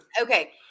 Okay